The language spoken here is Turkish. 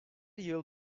yıl